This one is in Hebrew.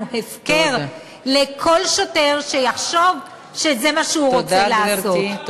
הפקר לכל שוטר שיחשוב שזה מה שהוא רוצה לעשות.